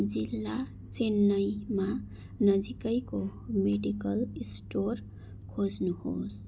जिल्ला चेन्नाईमा नजिकैको मेडिकल स्टोर खोज्नुहोस्